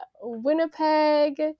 Winnipeg